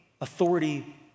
authority